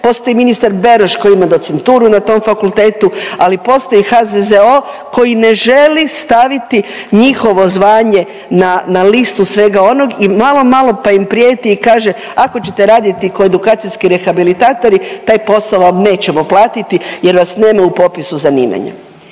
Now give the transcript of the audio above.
postoji ministar Beroš koji ima docenturu na tom fakultetu, ali postoji i HZZO koji ne želi staviti njihovo zvanje na, na listu svega onog i malo, malo pa im prijeti i kaže ako ćete raditi ko edukacijski rehabilitatori taj posao vam nećemo platiti jer vas nema u popisu zanimanja.